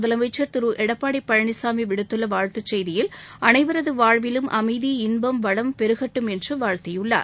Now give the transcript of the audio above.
முதலமைச்சர் திரு எடப்பாடி பழனிசாமி விடுத்துள்ள வாழ்த்து செய்தியில் அனைவரது வாழ்விலும் அமைதி இன்பம் வளம் பெருகட்டும் என்று வாழ்த்தியுள்ளார்